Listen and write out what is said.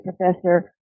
professor